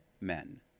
men